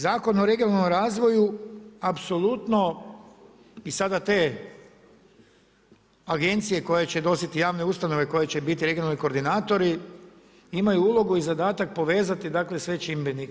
Zakon o regionalnom razvoju apsolutno i sada te agencije koja će nositi javne ustanove koje će biti regionalni koordinatori imaju ulogu i zadatak povezati sve čimbenike.